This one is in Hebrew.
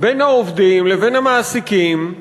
בין העובדים לבין המעסיקים.